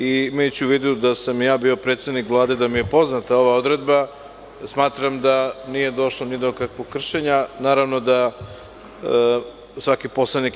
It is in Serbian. Imajući u vidu da sam i ja bio predsednik Vlade i da mi je poznata ova odredba, smatram da nije došlo ni do kakvog kršenja Poslovnika.